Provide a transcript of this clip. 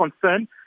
concern